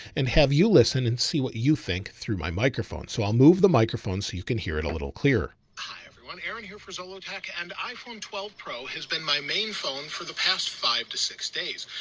and have you listened and see what you think through my microphone? so i'll move the microphone so you can hear it a little clearer. everyone, aaron here for zollotech and iphone twelve pro has been my main phone for the past five to six days.